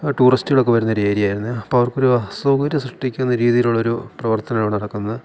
ടൂറിസ്റ്റുകളൊക്കെ വരുന്ന ഒരു ഏരിയ ആയിരുന്നു അപ്പം അവർക്ക് ഒരു അസൗകര്യം സൃഷ്ടിക്കുന്ന രീതിയിലുള്ള ഒരു പ്രവർത്തനമാണ് അവിടെ നടക്കുന്നത്